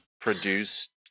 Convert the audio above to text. produced